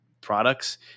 products